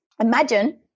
Imagine